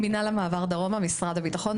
מינהל המעבר דרומה, במשרד הביטחון.